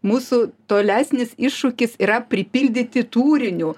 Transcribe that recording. mūsų tolesnis iššūkis yra pripildyti turiniu